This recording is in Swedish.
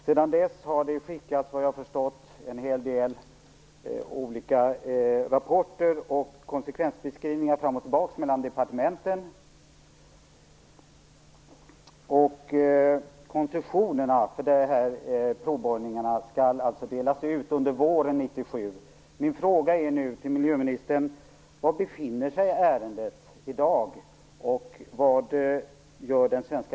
Sedan dess har en hel del olika rapporter och konsekvensbeskrivningar skickats fram och tillbaka mellan departementen, enligt vad jag har förstått. Koncessionen till dessa provborrningar skall delas ut under våren 1997.